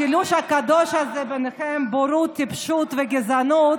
השילוש הקדוש הזה ביניכם, בורות, טיפשות וגזענות